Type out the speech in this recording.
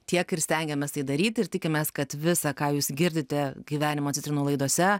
tiek ir stengiamės tai daryti ir tikimės kad visa ką jūs girdite gyvenimo citrinų laidose